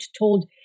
told